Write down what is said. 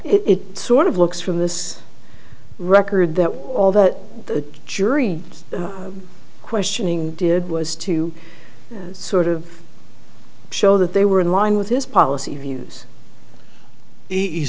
d it sort of looks from this record that all that the jury questioning did was to sort of show that they were in line with his polic